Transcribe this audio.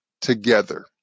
together